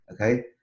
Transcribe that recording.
Okay